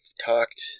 talked